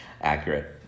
Accurate